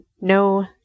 no